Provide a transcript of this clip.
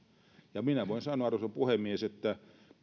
minä voin sanoa arvoisa puhemies että